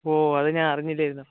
ഓ അത് ഞാൻ അറിഞ്ഞില്ലായിരുന്നു